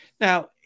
now